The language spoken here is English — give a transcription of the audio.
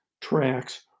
tracks